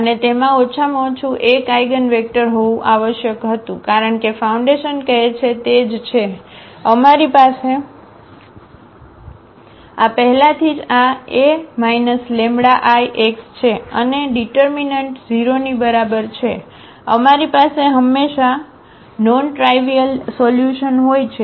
અને તેમાં ઓછામાં ઓછું 1 આઇગનવેક્ટર હોવું આવશ્યક હતું કારણ કે ફાઉન્ડેશન કહે છે તે જ છે અમારી પાસે આ પહેલેથી જ આA λIx છે અને ડીટરમીનન્ટ0 ની બરાબર છે અમારી પાસે હંમેશા નોન ટ્રાયવીઅલ સોલ્યુશન હોય છે